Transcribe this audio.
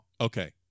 Okay